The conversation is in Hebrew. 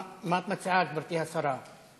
מה את מציעה, גברתי השרה?